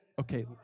Okay